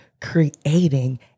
creating